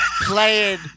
playing